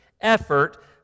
effort